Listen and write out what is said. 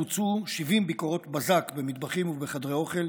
בוצעו 70 ביקורות בזק במטבחים ובחדרי אוכל,